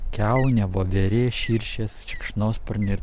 kiaunė voverė širšės šikšnosparniai ir